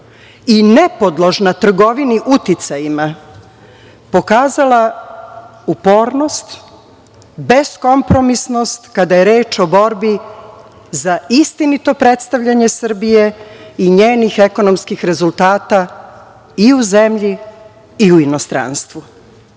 i nepodložna trgovini uticajima pokazala upornost, beskompromisnost kada je reč o borbi za istinito predstavljanje Srbije i njenih ekonomskih rezultata i u zemlji i u inostranstvu. Zbog